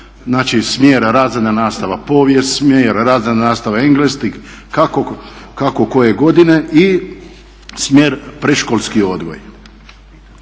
smjera razredna nastava povijest smjer, razredna nastava engleski kako koje godine i smjer predškolski odgoj.